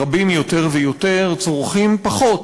רבים יותר ויותר, צורכים פחות